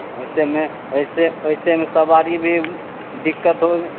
वैसे में वैसे वैसे में सवारी भी दिक़्क़त होगी